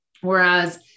Whereas